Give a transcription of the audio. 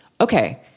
Okay